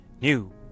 new